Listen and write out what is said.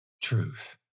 truth